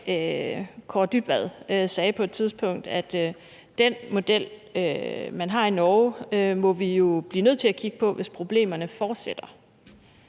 Kaare Dybvad, sagde på et tidspunkt: Den model, man har i Norge, kan vi jo blive nødt til at kigge på, hvis problemerne fortsætter.